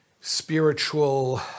spiritual